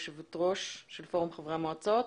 היושבת ראש של פורום חברי המועצות.